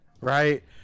right